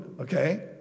okay